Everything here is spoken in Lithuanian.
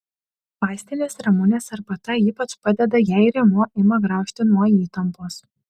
vaistinės ramunės arbata ypač padeda jei rėmuo ima graužti nuo įtampos